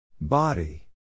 Body